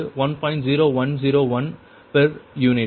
0101 per unit